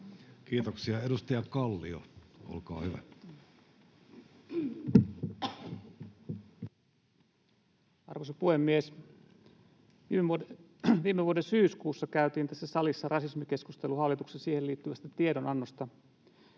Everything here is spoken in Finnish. Kiitoksia. — Edustaja Kallio, olkaa hyvä. Arvoisa puhemies! Viime vuoden syyskuussa käytiin tässä salissa rasismikeskustelu hallituksen siihen liittyvästä tiedonannosta.